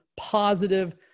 positive